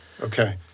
Okay